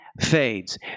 fades